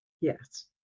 Yes